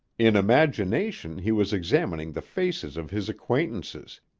in imagination he was examining the faces of his acquaintances,